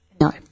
No